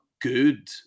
good